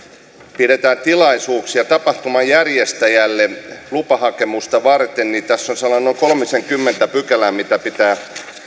pidetään tilaisuuksia niin tapahtuman järjestäjälle lupahakemusta varten on sellainen noin kolmisenkymmentä pykälää mihin pitää